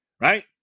right